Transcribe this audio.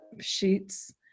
sheets